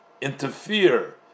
interfere